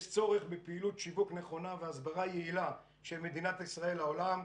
יש צורך בפעילות שיווק נכונה והסברה יעילה של מדינת ישראל לעולם.